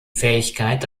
fähigkeit